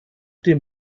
dem